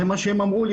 זה מה שהם אמרו לי